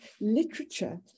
literature